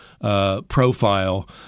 Profile